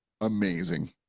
amazing